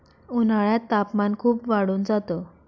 उन्हाळ्यात तापमान खूप वाढून जात